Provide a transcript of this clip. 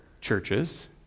churches